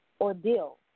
ordeal